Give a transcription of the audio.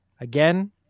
Again